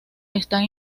están